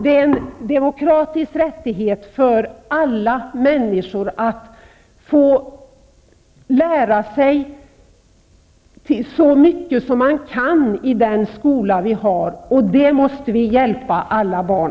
Det är en demokratisk rättighet för alla människor att få lära sig så mycket som möjligt i den skola vi har, och här måste vi hjälpa alla barn.